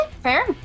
Fair